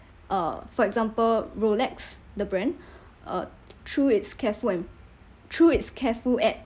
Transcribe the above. uh for example Rolex the brand uh through its careful and through its careful ad